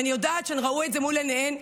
ואני יודעת שהן ראו את זה מול עיניהן.